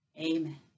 Amen